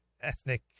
ethnic